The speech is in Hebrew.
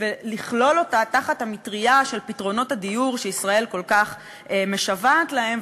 ולכלול אותה תחת המטרייה של פתרונות הדיור שישראל כל כך משוועת להם,